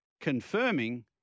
confirming